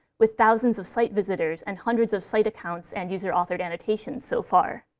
with thousands of site visitors and hundreds of site accounts and user-authored annotations so far.